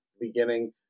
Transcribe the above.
beginning